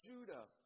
Judah